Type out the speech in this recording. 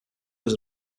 was